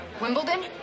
Wimbledon